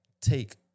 take